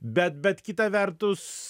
bet bet kita vertus